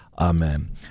Amen